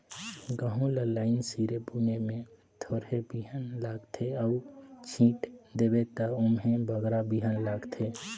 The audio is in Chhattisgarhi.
गहूँ ल लाईन सिरे बुने में थोरहें बीहन लागथे अउ छींट देबे ता ओम्हें बगरा बीहन लागथे